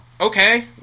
Okay